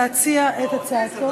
להציע את הצעתו,